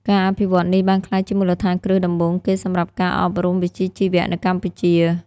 ការអភិវឌ្ឍនេះបានក្លាយជាមូលដ្ឋានគ្រឹះដំបូងគេសម្រាប់ការអប់រំវិជ្ជាជីវៈនៅកម្ពុជា។